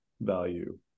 value